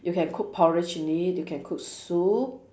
you can cook porridge in it you can cook soup